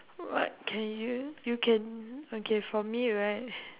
what can you you can okay for me right